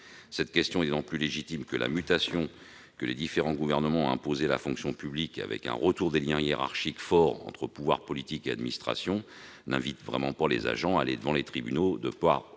Cette question est d'autant plus légitime que la mutation que les différents gouvernements ont imposée à la fonction publique, avec un retour des liens hiérarchiques forts entre pouvoir politique et administration n'invite vraiment pas les agents à aller devant les tribunaux, de peur